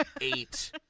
eight